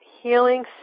healing